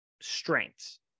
strengths